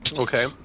Okay